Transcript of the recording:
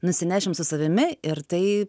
nusinešim su savimi ir tai